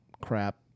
crap